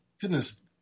Goodness